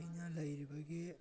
ꯑꯩꯅ ꯂꯩꯔꯤꯕꯒꯤ